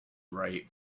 right